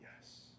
yes